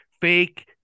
fake